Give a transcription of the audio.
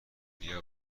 بیا